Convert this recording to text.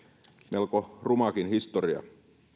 melko rumakin historia